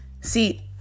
See